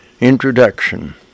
Introduction